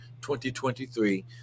2023